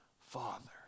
Father